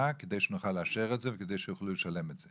כדי שנוכל לאשר את זה וכדי שיוכלו לשלם את זה.